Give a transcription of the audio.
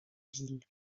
ville